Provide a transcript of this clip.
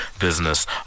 business